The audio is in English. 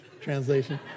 translation